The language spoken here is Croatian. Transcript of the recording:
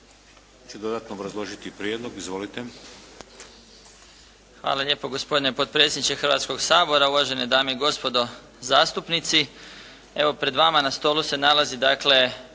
Hvala lijepo gospodine potpredsjedniče Hrvatskog sabora, uvažene dame i gospodo zastupnici. Evo pred vama na stolu se nalazi dakle